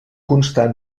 constar